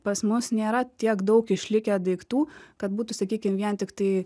pas mus nėra tiek daug išlikę daiktų kad būtų sakykim vien tiktai